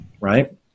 right